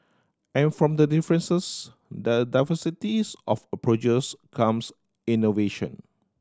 and from the differences the diversities of approaches comes innovation